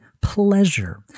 pleasure